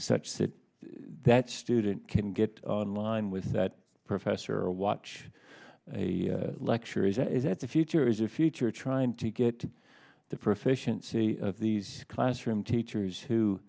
such that the student can get in line with that professor or watch a lecture is that the future is the future trying to get the proficiency of these classroom teachers who